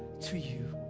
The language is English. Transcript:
to you.